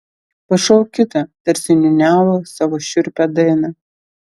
pašauk kitą tarsi niūniavo savo šiurpią dainą